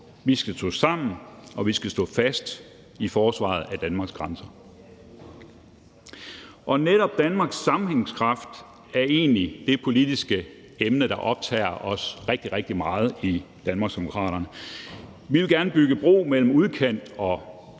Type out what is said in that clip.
Vi skal stå sammen, og vi skal stå fast i forsvaret af Danmarks grænser. Netop Danmarks sammenhængskraft er egentlig det politiske emne, der optager os rigtig, rigtig meget i Danmarksdemokraterne. Vi vil gerne bygge bro mellem udkant og